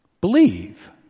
Believe